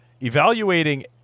evaluating